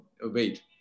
wait